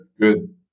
Good